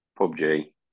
PUBG